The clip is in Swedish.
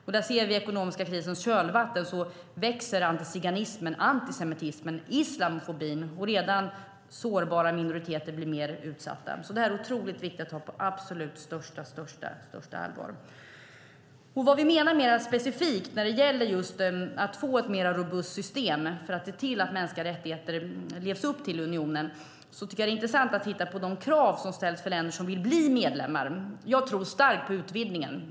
I den ekonomiska krisens kölvatten växer antiziganismen, antisemitismen och islamofobin, och redan sårbara minoriteter blir mer utsatta. Det är otroligt viktigt att ta det på absolut största allvar. Sedan var det frågan om vad vi menar mer specifikt när det gäller just att få ett mer robust system för att se till att man lever upp till mänskliga rättigheter i unionen. Jag tycker att det är intressant att titta på de krav som ställs på länder som vill bli medlemmar. Jag tror starkt på utvidgningen.